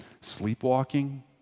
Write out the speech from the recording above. sleepwalking